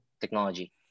technology